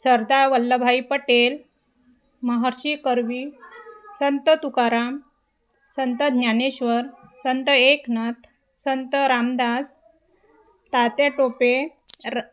सरदार वल्लभभाई पटेल महर्षी कर्वे संत तुकाराम संत ज्ञानेश्वर संत एकनाथ संत रामदास तात्या टोपे र